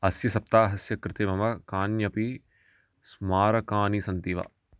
अस्य सप्ताहस्य कृते मम कान्यपि स्मारकानि सन्ति वा